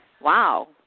wow